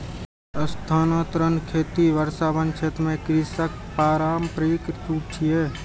स्थानांतरण खेती वर्षावन क्षेत्र मे कृषिक पारंपरिक रूप छियै